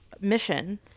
mission